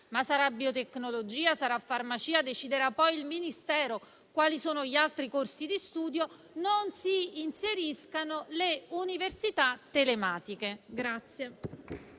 ma sarà biotecnologia, sarà farmacia - deciderà poi il Ministero quali sono gli altri corsi di studio - non si inseriscano le università telematiche.